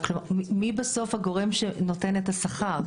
מי בסוף הגורם שנותן את השכר?